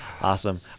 Awesome